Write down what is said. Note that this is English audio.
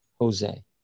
Jose